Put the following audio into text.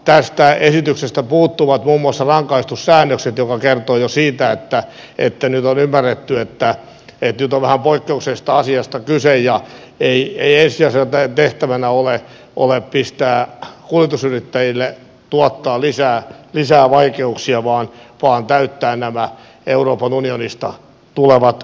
tästä esityksestä puuttuvat muun muassa rangaistussäännökset mikä kertoo jo siitä että nyt on ymmärretty että nyt on vähän poikkeuksellisesta asiasta kyse ja ei ensisijaisena tehtävänä ole kuljetusyrittäjille tuottaa lisää vaikeuksia vaan täyttää nämä euroopan unionista tulevat normit